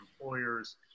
employers